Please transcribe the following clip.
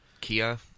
Kia